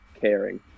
caring